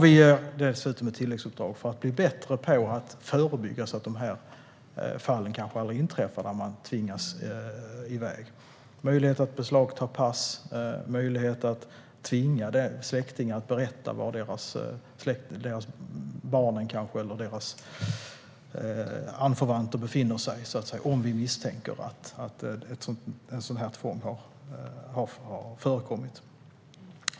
Vi ger dessutom ett tilläggsuppdrag för att bli bättre på att förebygga så att fallen kanske aldrig inträffar där någon tvingas iväg. Det handlar om möjlighet att beslagta pass och möjlighet att tvinga släktingar att berätta var deras barn eller andra anförvanter befinner sig om man misstänker att sådant här tvång har förekommit.